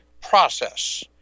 process